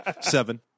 Seven